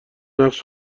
نقش